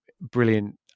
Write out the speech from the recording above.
brilliant